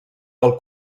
del